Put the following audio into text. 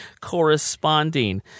corresponding